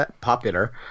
popular